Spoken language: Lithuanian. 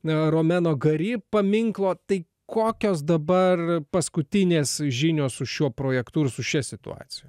paminklo tai kokios dabar paskutinės žinios su šiuo projektu ir su šia situacija